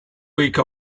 wake